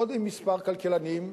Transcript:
עוד עם כמה כלכלנים,